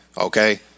okay